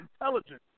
intelligence